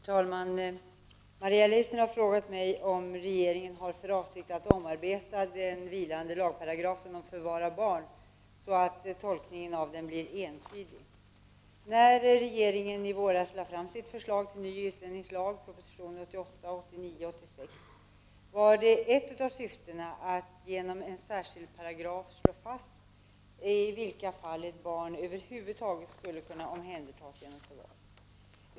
Herr talman! Maria Leissner har frågat mig om regeringen har för avsikt att omarbeta den vilande lagparagrafen om förvar av barn så att tolkningen av den blir entydig. När regeringen i våras lade fram sitt förslag till ny utlänningslag var ett av syftena att genom en särskild paragraf slå fast i vilka fall ett barn över huvud taget skulle kunna omhändertas genom förvar.